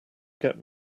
get